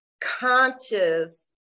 conscious